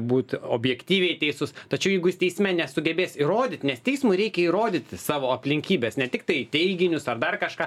būt objektyviai teisus tačiau jeigu jis teisme nesugebės įrodyt nes teismui reikia įrodyti savo aplinkybes ne tiktai teiginius ar dar kažką